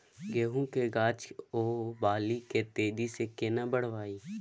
गेहूं के गाछ ओ बाली के तेजी से केना बढ़ाइब?